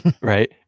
Right